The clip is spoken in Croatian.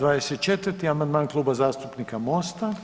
24. amandman Kluba zastupnika Mosta.